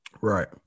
Right